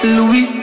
Louis